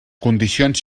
condicions